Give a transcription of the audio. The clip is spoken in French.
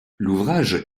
l’ouvrage